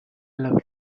love